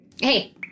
Hey